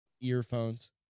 earphones